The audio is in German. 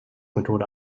methode